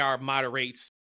moderates